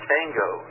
Tango